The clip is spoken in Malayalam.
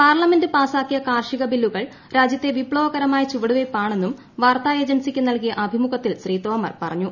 പാർലമെന്റ് പാസാക്കിയ കാർഷിക ബില്ലുകൾ രാജ്യത്തെ വിപ്ലവ കരമായ ചുവടുവെപ്പാണെന്നും വാർത്താ ഏജൻസിക്ക് നൽകിയ അഭിമുഖത്തിൽ ശ്രീ തോമർ പറഞ്ഞു